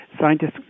scientists